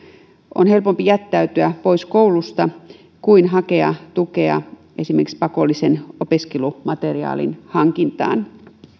on helpompi jättäytyä pois koulusta kuin hakea tukea esimerkiksi pakollisen opiskelumateriaalin hankintaan